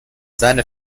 seine